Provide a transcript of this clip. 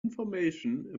information